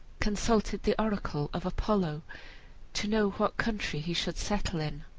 consulted the oracle of apollo to know what country he should settle in.